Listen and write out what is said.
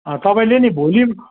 तपाईँले नि भोलि